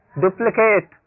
duplicate